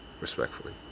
respectfully